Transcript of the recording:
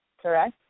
correct